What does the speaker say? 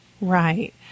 Right